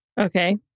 Okay